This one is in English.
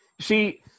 See